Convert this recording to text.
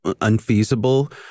unfeasible